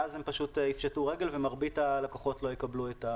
ואז הן יפשטו רגל ומרבית הלקוחות לא יקבלו.